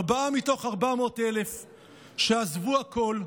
ארבעה מתוך 400,000 שעזבו הכול,